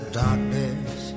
darkness